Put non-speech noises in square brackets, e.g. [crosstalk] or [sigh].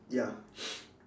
ya [noise]